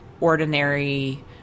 ordinary